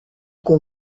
que